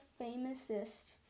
famousest